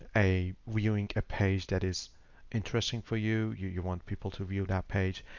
a viewing a page that is interesting for you, you you want people to view that page,